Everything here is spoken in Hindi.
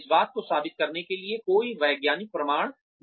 इस बात को साबित करने के लिए कोई वैज्ञानिक प्रमाण नहीं है